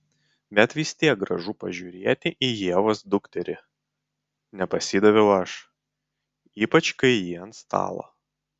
bet vis tiek gražu pažiūrėti į ievos dukterį nepasidaviau aš ypač kai ji ant stalo